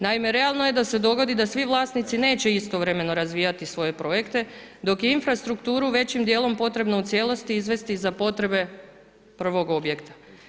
Naime, realno je da se dogodi da svi vlasnici neće istovremeno razvijati svoje projekte dok je infrastrukturu većim djelom potrebno u cijelosti za potrebe prvog objekta.